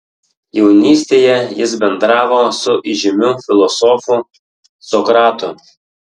jaunystėje jis bendravo su įžymiu filosofu sokratu